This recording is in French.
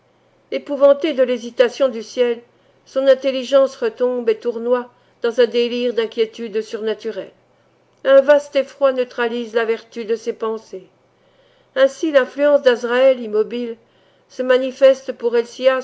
épouvantée de l'hésitation du ciel son intelligence retombe et tournoie dans un délire d'inquiétudes surnaturelles un vaste effroi neutralise la vertu de ses pensées ainsi l'influence d'azraël immobile se manifeste pour